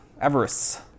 Everest